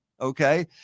okay